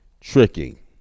tricking